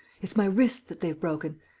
it's my wrists that they've broken.